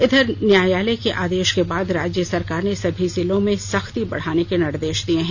इधर न्यायालय के आदेश के बाद राज्य सरकार ने सभी जिलों में सख्ती बढ़ाने के निर्देश दिये हैं